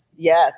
Yes